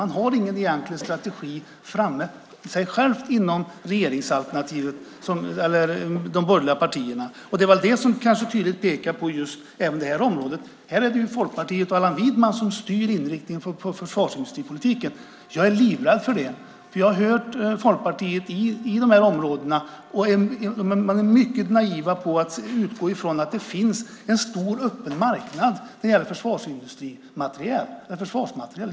Man har ingen egentlig strategi i de borgerliga partierna. Här är det ju Folkpartiet och Allan Widman som styr inriktningen på försvarsindustripolitiken. Jag är livrädd för det, för jag har hört Folkpartiets syn på de här områdena. Man är mycket naiv när man utgår från att det finns en stor öppen marknad för försvarsmateriel.